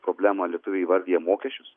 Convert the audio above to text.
problemą lietuviai įvardija mokesčius